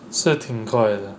是挺快的